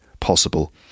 possible